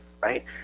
right